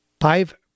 Five